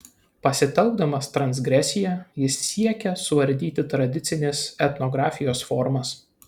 pasitelkdamas transgresiją jis siekia suardyti tradicinės etnografijos formas